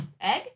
Egg